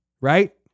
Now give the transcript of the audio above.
Right